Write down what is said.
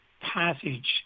passage